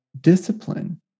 discipline